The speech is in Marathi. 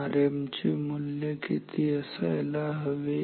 आता Rm चे मूल्य किती असायला हवे